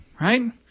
right